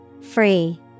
Free